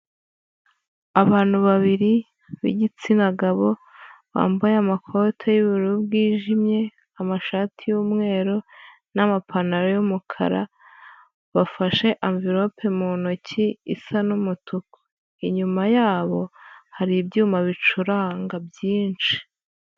Abantu babiri b'igitsina gabo bambaye amakoti y'ubururu bwijimye, amashati y'umweru, n'amapantaro y'umukara, bafashe amvelope mu ntoki isa n'umutuku. Inyuma yabo hari ibyuma bicuranga byinshi.